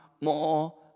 more